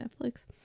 Netflix